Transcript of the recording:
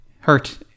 hurt